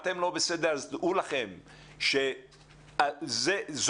ודעו לכם שאם תהיו לא בסדר,